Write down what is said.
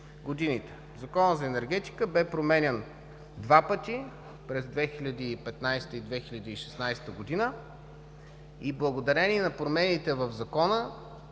Законът за енергетика бе променян два пъти – през 2015 г. и 2016 г. и благодарение на промените в Закона,